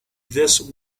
this